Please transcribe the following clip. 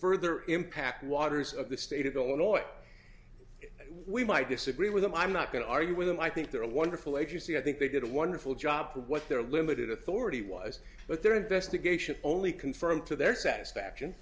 further impact waters of the state of illinois we might disagree with them i'm not going to argue with them i think they're a wonderful agency i think they did a wonderful job for what their limited authority was but their investigation only confirmed to their satisfaction